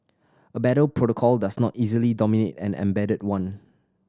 a better protocol does not easily dominate an embedded one